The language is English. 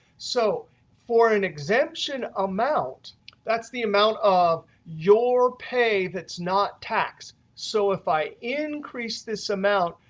so for an exemption amount that's the amount of your pay that's not taxed. so if i increase this amount,